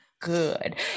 good